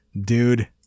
dude